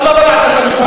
למה בלעת את המשפט הזה?